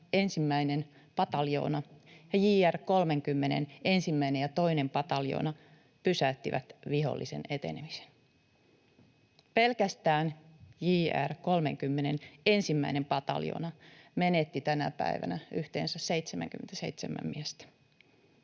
28:n I pataljoona ja JR 30:n I ja II pataljoona pysäyttivät vihollisen etenemisen. Pelkästään JR 30:n I pataljoona menetti tänä päivänä yhteensä 77 miestä.